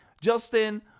Justin